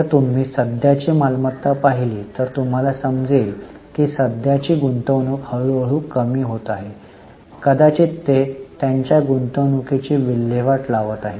जर तुम्ही सध्याची मालमत्ता पाहिली तर तुम्हाला समजेल की सध्याची गुंतवणूक हळूहळू कमी होत आहे कदाचित ते त्यांच्या गुंतवणूकीची विल्हेवाट लावत आहेत